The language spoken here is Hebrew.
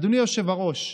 אדוני היושב-ראש,